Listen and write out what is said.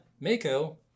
Mako